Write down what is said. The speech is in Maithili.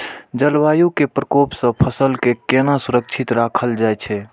जलवायु के प्रकोप से फसल के केना सुरक्षित राखल जाय छै?